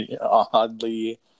oddly